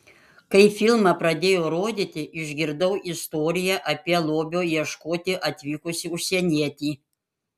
kai filmą pradėjo rodyti išgirdau istoriją apie lobio ieškoti atvykusį užsienietį